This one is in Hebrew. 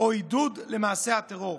או עידוד למעשה הטרור.